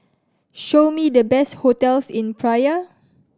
show me the best hotels in Praia